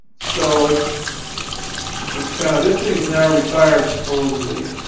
so it's it's kind of this thing is now retired, supposedly.